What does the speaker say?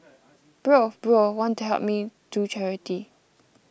bro bro want to help me do charity